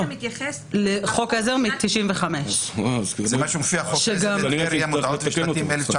הצו מתייחס לחוק עזר משנת 95'. אז נצטרך לתקן את זה.